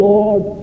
Lord